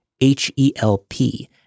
H-E-L-P